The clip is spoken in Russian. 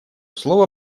слово